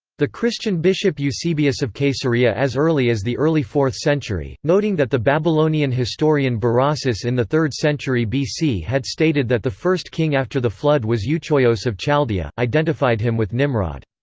the christian bishop eusebius of caesarea as early as the early fourth century, noting that the babylonian historian berossus in the third century bc had stated that the first king after the flood was euechoios of chaldea, identified him with nimrod.